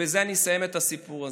ובזה אני אסיים את הסיפור הזה: